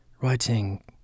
Writing